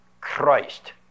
Christ